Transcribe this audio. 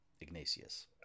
Ignatius